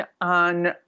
on